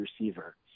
receiver